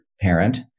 parent